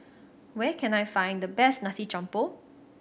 where can I find the best nasi jampur